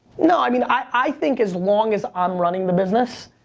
no i mean, i think as long as i'm running the business,